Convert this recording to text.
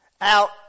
out